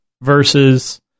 versus